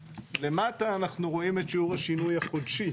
למטה אנחנו רואים את שיעור השינוי החודשי,